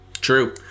True